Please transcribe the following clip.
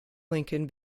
lincoln